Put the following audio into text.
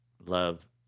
love